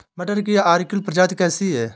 मटर की अर्किल प्रजाति कैसी है?